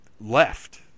left